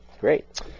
Great